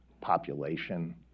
population